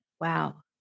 Wow